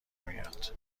میاد